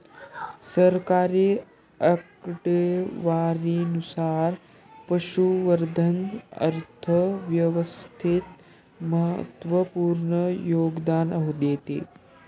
सरकारी आकडेवारीनुसार, पशुसंवर्धन अर्थव्यवस्थेत महत्त्वपूर्ण योगदान देते